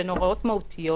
שהן הוראות מהותיות,